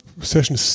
Session